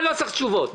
אני לא צריך תשובות.